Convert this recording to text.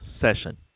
session